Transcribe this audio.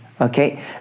Okay